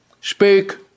Speak